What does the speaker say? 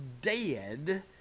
dead